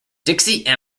dixie